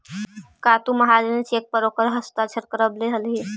का तु महाजनी चेक पर ओकर हस्ताक्षर करवले हलहि